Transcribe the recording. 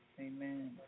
Amen